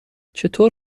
چطور